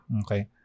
Okay